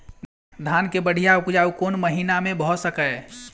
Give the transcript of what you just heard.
धान केँ बढ़िया उपजाउ कोण महीना मे भऽ सकैय?